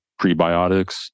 prebiotics